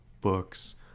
books